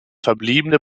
verbliebene